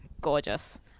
gorgeous